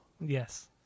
Yes